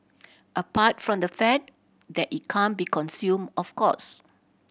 apart from the fact that it can't be consumed of course